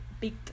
big